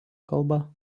kalba